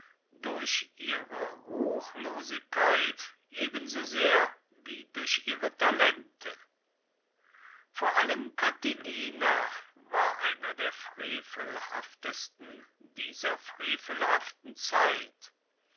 durch ihre ruchlosigkeit ebensosehr wie durch ihre talente vor allem catilina war einer der frevelhaftesten dieser frevelhaften zeit